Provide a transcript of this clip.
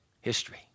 history